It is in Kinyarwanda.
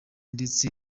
ndetse